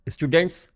Students